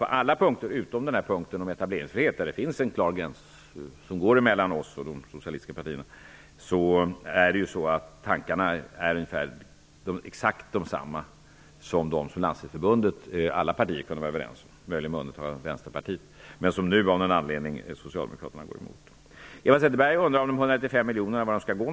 På alla punkter utom när det gäller etableringsfriheten, där det finns en klar gräns mellan oss och de socialistiska partierna, är tankarna exakt desamma som de som alla partier i Landstingsförbundet kunde vara överens om, möjligen med undantag av Vänsterpartiet. Men nu går Socialdemokraterna av någon anledning emot. Eva Zetterberg undrar vart de 195 miljoner kronorna skall gå.